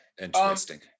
Interesting